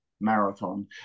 marathon